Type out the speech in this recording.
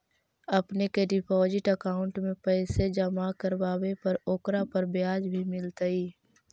अपने के deposit account में पैसे जमा करवावे पर ओकरा पर ब्याज भी मिलतई